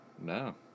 No